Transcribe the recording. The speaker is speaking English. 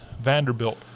Vanderbilt